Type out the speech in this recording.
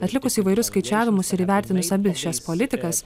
atlikus įvairius skaičiavimus ir įvertinus abi šias politikas